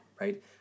right